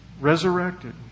resurrected